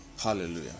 Hallelujah